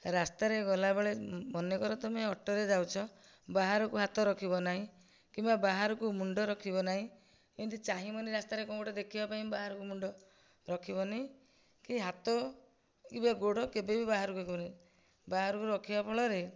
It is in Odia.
ରାସ୍ତାରେ ଗଲାବେଳେ ମନେକର ତୁମେ ଅଟୋରେ ଯାଉଛ ବାହାରକୁ ହାତ ରଖିବ ନାହିଁ କିମ୍ବା ବାହାରକୁ ମୁଣ୍ଡ ରଖିବ ନାହିଁ ଏମିତି ଚାହିଁବନି ରାସ୍ତାରେ କ'ଣ ଗୋଟେ ଦେଖିବା ପାଇଁ ବାହାରକୁ ମୁଣ୍ଡ ରଖିବନି କି ହାତ କିମ୍ବା ଗୋଡ଼ କେବେ ବି ବାହାରକୁ ରଖିବନି ବାହାର କୁ ରଖିବା ଫଳରେ